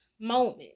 moment